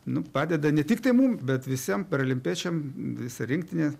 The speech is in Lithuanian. nu padeda ne tiktai mum bet visiem paralimpiečiam visą rinktinę